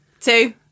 two